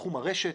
בתחום הרשת.